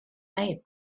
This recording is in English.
made